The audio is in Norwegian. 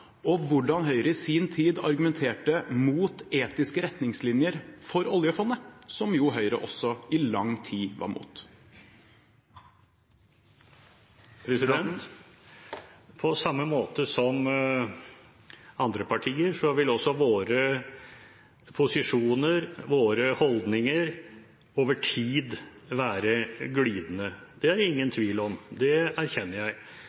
og hvordan Høyre i sin tid argumenterte mot etiske retningslinjer for oljefondet, som Høyre også i lang tid var imot? På samme måte som hos andre partier, vil også våre posisjoner og holdninger over tid være glidende. Det er det ingen tvil om. Det erkjenner jeg.